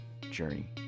journey